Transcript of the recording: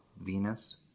Venus